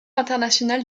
international